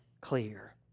clear